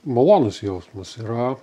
malonus jausmas yra